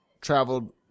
traveled